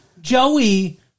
Joey